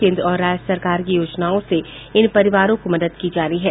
केन्द्र और राज्य सरकार की योजनाओं से इन परिवारों को मदद की जा रही है